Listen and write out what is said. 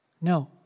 No